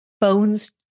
bones